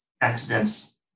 accidents